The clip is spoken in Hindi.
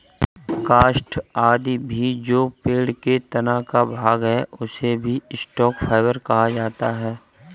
काष्ठ आदि भी जो पेड़ के तना का भाग है, उसे भी स्टॉक फाइवर कहा जाता है